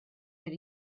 per